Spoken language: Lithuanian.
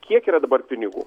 kiek yra dabar pinigų